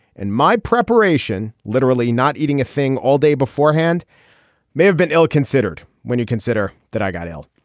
and my preparation literally not eating a thing all day beforehand may have been ill considered. when you consider that i got ill